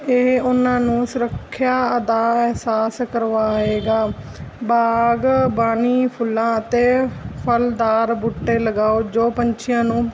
ਇਹ ਉਹਨਾਂ ਨੂੰ ਸੁਰੱਖਿਆ ਦਾ ਅਹਿਸਾਸ ਕਰਵਾਏਗਾ ਬਾਗਬਾਨੀ ਫੁੱਲਾਂ ਅਤੇ ਫਲਦਾਰ ਬੂਟੇ ਲਗਾਓ ਜੋ ਪੰਛੀਆਂ ਨੂੰ